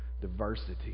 diversity